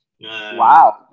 Wow